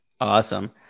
Awesome